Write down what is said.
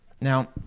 Now